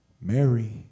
Mary